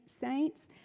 saints